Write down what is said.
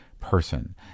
person